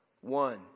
One